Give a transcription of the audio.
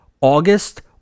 August